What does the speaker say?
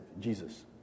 Jesus